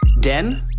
Den